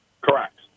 Correct